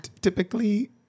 Typically